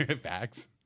Facts